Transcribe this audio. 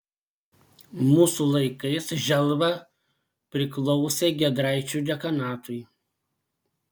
mūsų laikais želva priklausė giedraičių dekanatui